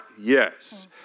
yes